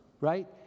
right